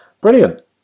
Brilliant